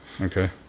Okay